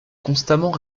constamment